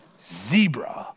zebra